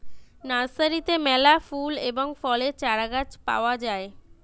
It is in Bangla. নার্সারিতে মেলা ফুল এবং ফলের চারাগাছ পাওয়া যায়